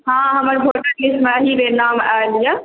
हँ हमर वोटर लिस्टमे एहिबेर नाम आयल यऽ